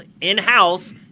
in-house